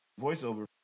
voiceover